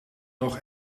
nog